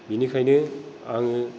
बिनिखायनो आङो